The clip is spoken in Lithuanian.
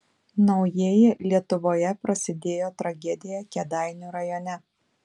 naujieji lietuvoje prasidėjo tragedija kėdainių rajone